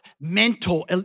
mental